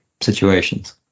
situations